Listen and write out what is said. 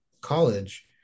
college